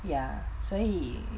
ya 所以